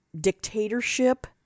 dictatorship